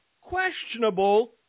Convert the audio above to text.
questionable